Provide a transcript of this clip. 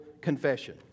confession